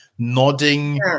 nodding